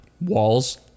walls